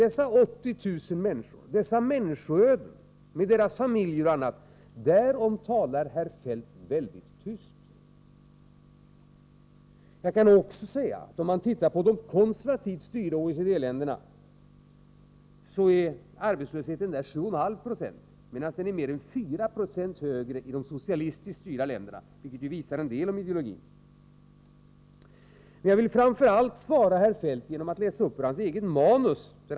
Dessa 80 000 människor och deras familjer talar herr Feldt tyst om. I de konservativt styrda OECD-länderna är arbetslösheten 7,5 96. Den är mer än 4 6 högre i de socialistiskt styrda länderna. Det visar en del om ideologin. Jag vill svara herr Feldt genom att läsa ur hans eget manus.